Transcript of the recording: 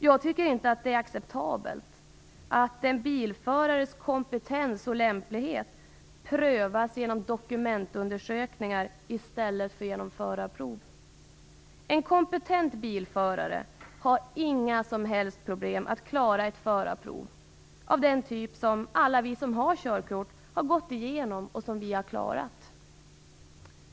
Jag tycker inte att det är acceptabelt att en bilförares kompetens och lämplighet prövas genom dokumentundersökningar i stället för genom förarprov. En kompetent bilförare har inga som helst problem att klara ett förarprov som alla vi som har ett körkort har gått igenom och klarat.